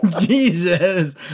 Jesus